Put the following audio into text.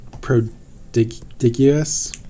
Prodigious